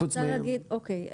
אוקי.